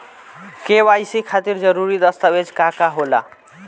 KYC खातिर जरूरी दस्तावेज का का होला?